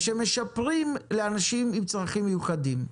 שמשפרים לאנשים עם צרכים מיוחדים.